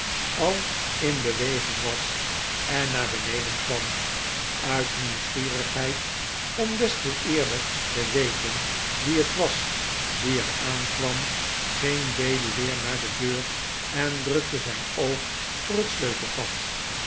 al in beweging was en naar beneden kwam uit n ieuwsgierigheid om deste eerder te weten wie het was die er aankwam ging bailey weer naar de deur en drukte zijn oog voor het sleutelgat